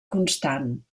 constant